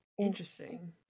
interesting